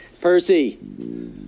Percy